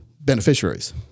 beneficiaries